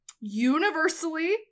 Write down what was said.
Universally